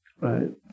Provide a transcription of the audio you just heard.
Right